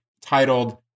titled